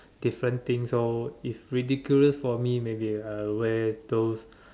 different things so if ridiculous for me maybe where those